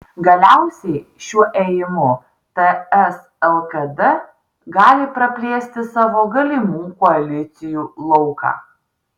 galiausiai šiuo ėjimu ts lkd gali praplėsti savo galimų koalicijų lauką